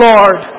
Lord